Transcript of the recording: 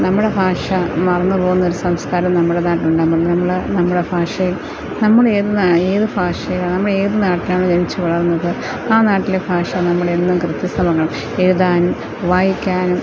നമ്മുടെ ഭാഷ മറന്നുപോകുന്ന ഒരു സംസ്കാരം നമ്മുടെ നാട്ടിലുണ്ട് നമ്മള് നമ്മുടെ ഭാഷയെ നമ്മുടെ എന്നാ ഏത് ഭാഷയാണ് നമ്മൾ ഏത് നാട്ടിലാണോ ജനിച്ച് വളർന്നത് ആ നാട്ടിലെ ഭാഷ നമ്മളെന്നും കൃത്യസ്ഥമാക്കണം എഴുതാനും വായിക്കാനും